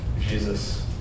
Jesus